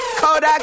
cold